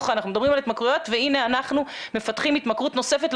אנחנו מדברים על התמכרויות והנה אנחנו מפתחים התמכרות נוספת,